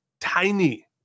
tiny